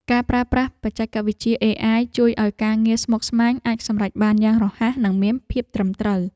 ការប្រើប្រាស់បច្ចេកវិទ្យាអេអាយជួយឱ្យការងារស្មុគស្មាញអាចសម្រេចបានយ៉ាងរហ័សនិងមានភាពត្រឹមត្រូវ។